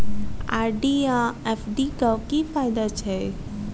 RD आ FD क की फायदा छै?